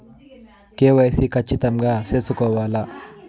KYC ఖచ్చితంగా సేసుకోవాలా